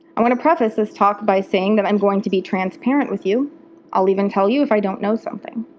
i'll want to preface this talk by saying that i'm going to be transparent with you and i'll even tell you if i don't know something.